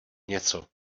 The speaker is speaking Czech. něco